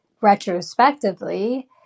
retrospectively